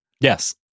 Yes